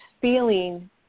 feeling